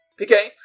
PK